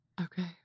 Okay